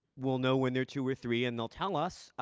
we'll know when they're or two or three and they'll tell us.